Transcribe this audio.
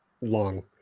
Long